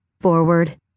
forward